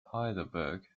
heidelberg